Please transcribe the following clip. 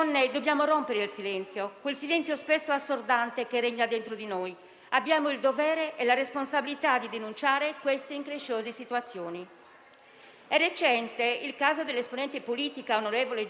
È recente il caso dell'esponente politica, onorevole Giorgia Meloni, che - è già stato ricordato - per ben due volte è stata oggetto di pesanti appellativi offensivi (da parte di un giornalista in una trasmissione televisiva